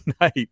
night